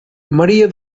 maria